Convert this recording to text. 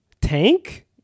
tank